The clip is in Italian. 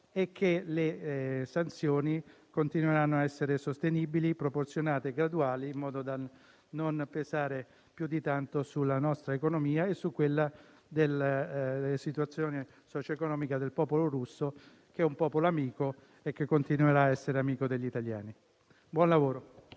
e che le sanzioni continueranno a essere sostenibili, proporzionate e graduali, in modo da non pesare più di tanto sulla nostra economia e sulla situazione socioeconomica del popolo russo, che è un popolo amico e continuerà a essere amico degli italiani.